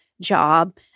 job